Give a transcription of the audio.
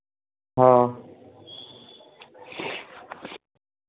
हाँ